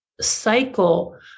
cycle